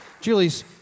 Julie's